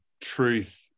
truth